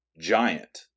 Giant